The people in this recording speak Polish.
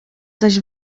zaś